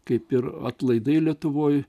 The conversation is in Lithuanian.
kaip ir atlaidai lietuvoj